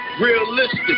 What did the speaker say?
realistic